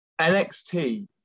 NXT